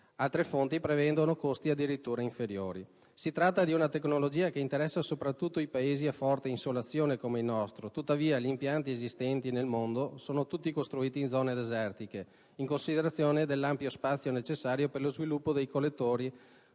altre fonti prevedono costi addirittura inferiori, fino a 3,5 USc/KWh; si tratta di una tecnologia che interessa soprattutto i Paesi a forte insolazione, come il nostro, tuttavia, gli impianti esistenti nel mondo sono tutti costruiti in zone desertiche, in considerazione dell'ampio spazio necessario per lo sviluppo dei collettori